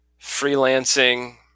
freelancing